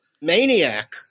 maniac